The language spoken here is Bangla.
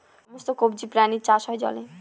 সমস্ত কবজি প্রাণীর চাষ হয় জলে